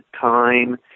time